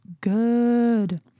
good